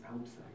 outside